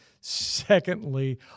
Secondly